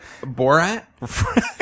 Borat